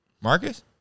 Marcus